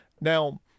Now